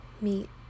meet